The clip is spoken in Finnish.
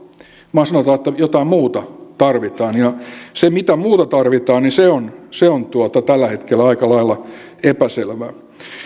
vaan sanotaan että jotain muuta tarvitaan ja se mitä muuta tarvitaan se on se on tällä hetkellä aika lailla epäselvää